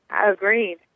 Agreed